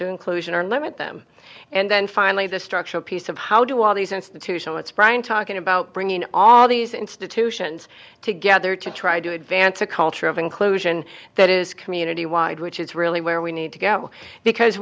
to inclusion or limit them and then finally the structural piece of how do all these institutional it's brian talking about bringing all these institutions together to try to advance a culture of inclusion that is community wide which is really where we need to go because